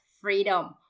freedom